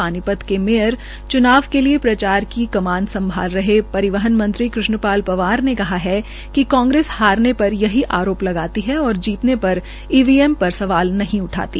पानीपत के मेयर चूनाव के लिए प्रचार की कमान सम्भाल रहे परिवहन मंत्री कृष्ण लाल पंवार ने कहा कि कांग्रेस हारने पर यही आरोप लगता है और जीतने पर ईवीएम पर सवाल नहीं उठाती